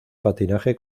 patinaje